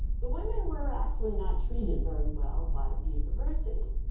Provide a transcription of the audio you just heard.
the women were actually not treated very well by the university.